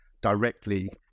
directly